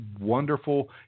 wonderful